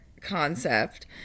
concept